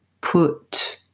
put